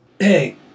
Hey